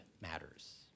matters